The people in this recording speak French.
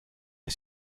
est